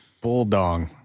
bulldog